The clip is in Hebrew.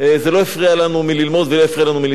זה לא הפריע לנו ללמוד ולא הפריע לנו להתפתח.